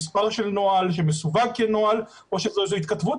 מספר של נוהל שמסווג כנוהל או שזו איזו התכתבות